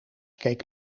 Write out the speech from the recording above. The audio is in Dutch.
keek